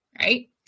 right